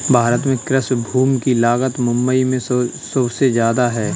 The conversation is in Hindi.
भारत में कृषि भूमि की लागत मुबई में सुबसे जादा है